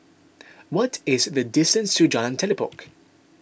what is the distance to Jalan Telipok